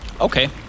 Okay